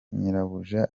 nyirabuja